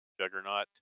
Juggernaut